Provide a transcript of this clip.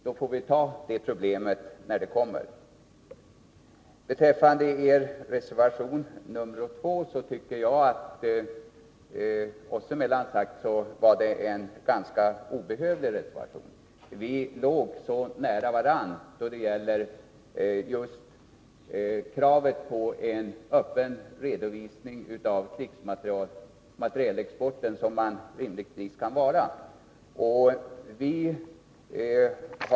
Vi får ta upp det problemet när det kommer. Oss emellan sagt tycker jag att reservation 2 är en ganska obehövlig reservation. Vi låg så nära varandra då det gäller kravet på en öppen redovisning av krigsmaterielexporten som man rimligtvis kan göra.